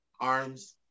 arms